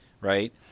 right